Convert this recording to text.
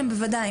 יודעים